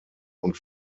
und